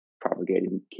propagating